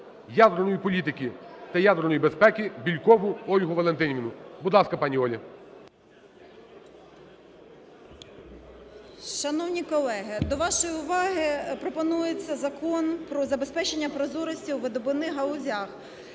ядерної політики та ядерної безпеки Бєлькову Ольгу Валентинівну. Будь ласка, пані Оля. 11:17:35 БЄЛЬКОВА О.В. Шановні колеги, до вашої уваги пропонується Закон про забезпечення прозорості у видобувних галузях